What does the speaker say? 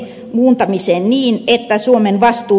muuntamiseen niin että suomen vastuu